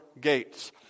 gates